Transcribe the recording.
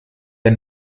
ein